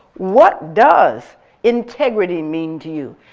what does integrity mean to you?